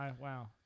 Wow